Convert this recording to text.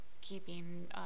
keeping